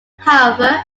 however